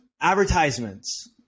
advertisements